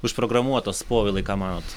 užprogramuotos povilai ką manote